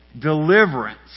deliverance